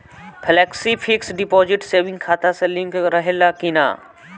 Flexi fix deposit saving खाता से link रहले कि ना?